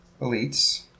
elites